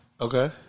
Okay